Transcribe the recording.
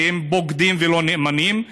שהם בוגדים ולא נאמנים,